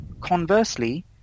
conversely